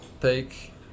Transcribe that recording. take